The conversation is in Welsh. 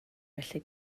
felly